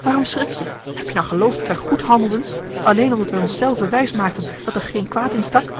waarom schrik je heb je dan geloofd dat wij goed handelden alleen omdat wij ons zelven wijsmaakten dat er geen kwaad in stak